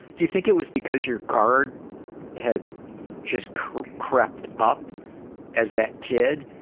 do you think it was because your guard had just crept crept up as that kid,